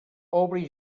obri